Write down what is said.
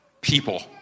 people